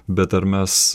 bet ar mes